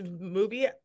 movie